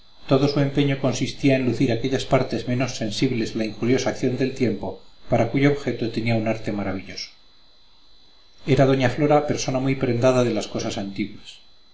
todo su empeño consistía en lucir aquellas partes menos sensibles a la injuriosa acción del tiempo para cuyo objeto tenía un arte maravilloso era doña flora persona muy prendada de las cosas antiguas